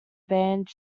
band